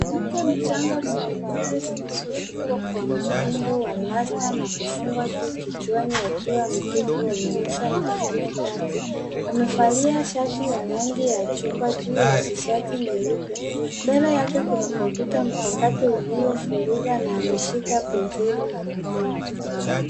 Mke mchanga mwenye nywele zilizosukwa kwa mtindo wa rasta na kufungwa juu kichwani akiwa ameketi kwenye meza na kufanya kazi. Amevalia shati ya rangi ya chungwa juu ya tishati nyeupe. Mbele yake kuna kompyuta mpakato uliofunguka na ameshika penseli mkononi.